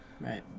Right